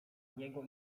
niego